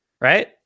right